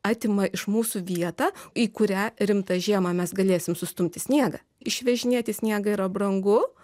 atima iš mūsų vietą į kurią rimtą žiemą mes galėsim sustumti sniegą išvežinėti sniegą yra brangu